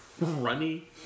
Runny